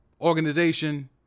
organization